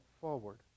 forward